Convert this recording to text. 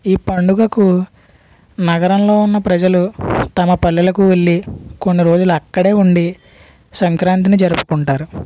ఈ పండుగకు నగరంలో ఉన్న ప్రజలు తమ పల్లెలకు వెళ్ళి కొన్ని రోజులు అక్కడే ఉండి సంక్రాంతిని జరుపుకుంటారు